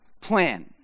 plan